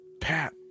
pat